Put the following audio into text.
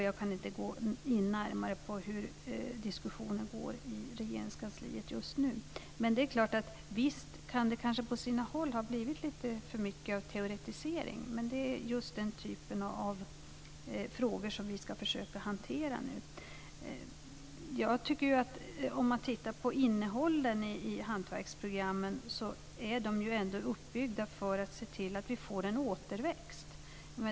Jag kan inte närmare gå in på hur diskussionen går i Regeringskansliet just nu. Det kan kanske ha blivit lite för mycket teoretisering på sina håll. Men det är just den typen av frågor som vi ska försöka hantera nu. Om man tittar på innehållet i hantverksprogrammen är de uppbyggda för att se till att vi får en återväxt.